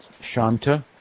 shanta